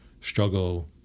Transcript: struggle